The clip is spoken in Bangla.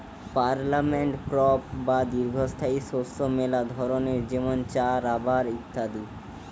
পার্মানেন্ট ক্রপ বা দীর্ঘস্থায়ী শস্য মেলা ধরণের যেমন চা, রাবার ইত্যাদি